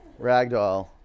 Ragdoll